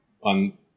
on